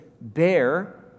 bear